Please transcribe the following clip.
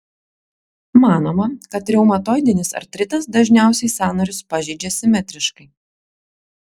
manoma kad reumatoidinis artritas dažniausiai sąnarius pažeidžia simetriškai